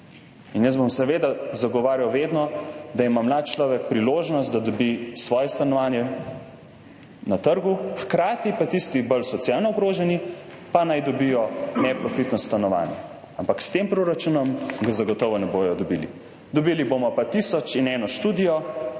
Seveda bom vedno zagovarjal, da ima mlad človek priložnost, da dobi svoje stanovanje na trgu, hkrati pa naj tisti bolj socialno ogroženi dobijo neprofitno stanovanje. Ampak s tem proračunom ga zagotovo ne bodo dobili. Dobili bomo pa tisoč in eno študijo,